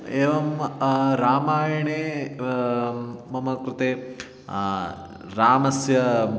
एवं रामायणे मम कृते रामस्य